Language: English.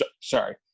sorry